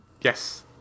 Yes